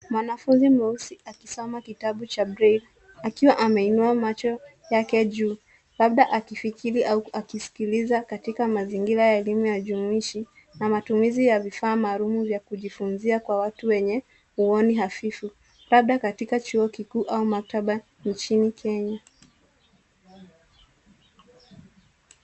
Mwanafunzi mweusi akisoma kitabu cha braille akiwa ameinua macho yake juu, labda akifikiri au akisikiliza katika mazingira ya elimu ya jumuishi, na matumizi ya vifaa maalum vya kujifunzia kwa watu wenye huoni hafifu, labda katika chuo kikuu au maktaba nchini Kenya.